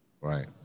Right